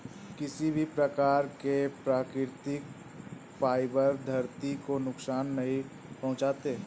किसी भी प्रकार के प्राकृतिक फ़ाइबर धरती को नुकसान नहीं पहुंचाते